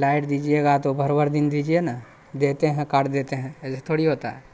light دیجیے گا تو بھر بھر دن دیجیے نا دیتے ہیں کاٹ دیتے ہیں ایسے تھوڑی ہوتا ہے